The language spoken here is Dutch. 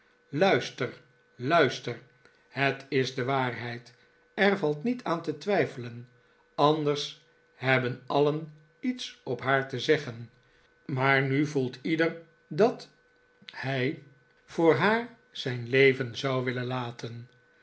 luister blister het is de waarheid er valt niet aan te twijfelen anders hebben alien iets op haar te zeggen maar nu voelt ieder dat hij voor haar zijn leven zou willen laten